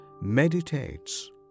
meditates